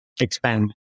expand